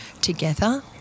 together